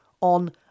on